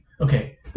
Okay